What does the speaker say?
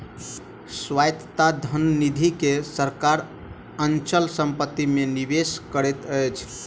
स्वायत्त धन निधि के सरकार अचल संपत्ति मे निवेश करैत अछि